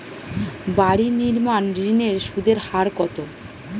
বাড়ি নির্মাণ ঋণের সুদের হার কত?